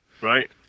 Right